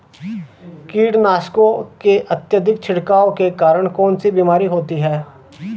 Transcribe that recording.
कीटनाशकों के अत्यधिक छिड़काव के कारण कौन सी बीमारी होती है?